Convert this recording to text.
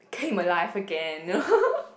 came alive again